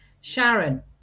Sharon